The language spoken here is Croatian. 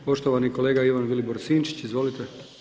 Poštovani kolega Ivan Vilibor Sinčić, izvolite.